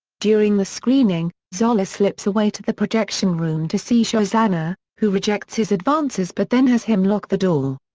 during the screening, zoller slips away to the projection room to see shosanna, who rejects his advances but then has him lock the door.